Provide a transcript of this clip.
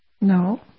No